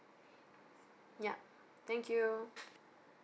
yup thank you